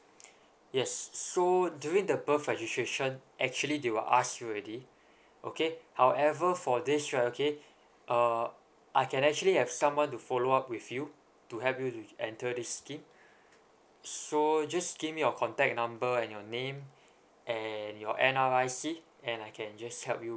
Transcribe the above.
yes so during the birth registration actually they will ask you already okay however for this right okay err I can actually have someone to follow up with you to help you to enter this scheme so just give me your contact number and your name and your N_R_I_C and I can just help you